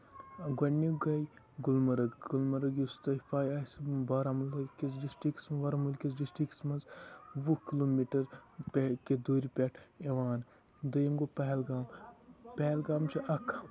گۄڈٕنیُک گٔے گُلمَرگ گُلمَرٕگ یُس تہٕ پاے آسہِ بارہمُلہ کِس ڈِسٹرکَس ورمُل کِس ڈِسٹرکٹَس منٛز وُہ کِلوٗ میٖٹر بیک کہِ دوٗرِ پٮ۪ٹھ یِوان دوٚیُم گوٚو پَہلگام پَہلگام چھُ اکھ